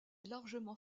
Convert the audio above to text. largement